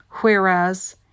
Whereas